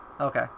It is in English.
Okay